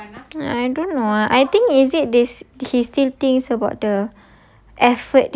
ya I don't know ah I think is it they he still thinks about the